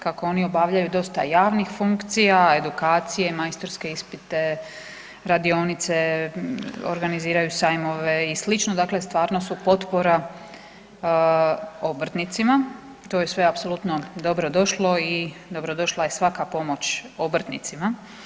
Kako oni obavljaju dosta javnih funkcija, edukacije, majstorske ispite, radionice, organiziraju sajmove i slično, dakle stvarno su potpora obrtnicima, to je sve apsolutno dobro došlo i dobro došla je svaka pomoć obrtnicima.